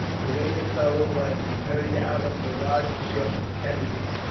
to aid a fellow who had been turned out of the rajahship of tanjore.